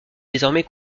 désormais